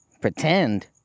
Pretend